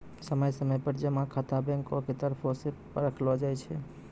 समय समय पर जमा खाता बैंको के तरफो से परखलो जाय छै